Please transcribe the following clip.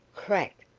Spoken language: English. crack!